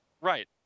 Right